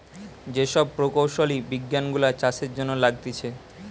যে সব প্রকৌশলী বিজ্ঞান গুলা চাষের জন্য লাগতিছে